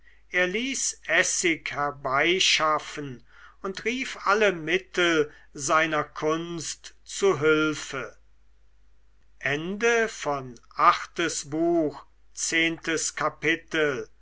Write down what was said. er ließ essig herbeischaffen und rief alle mittel seiner kunst zu hülfe